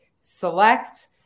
select